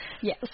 Yes